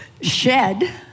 shed